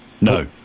No